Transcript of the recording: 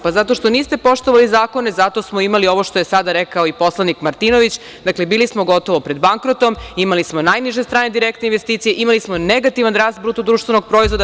Pa, zato što niste poštovali zakone zato smo imali ovo što je sada rekao i poslanik Martinović, dakle, bili smo gotovo pred bankrotom, imali smo najniže strane direktne investicije, imali smo negativan rast BDP.